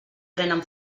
prenen